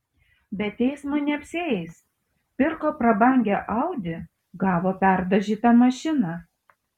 be teismo neapsieis pirko prabangią audi gavo perdažytą mašiną